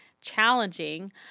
challenging